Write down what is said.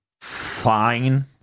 fine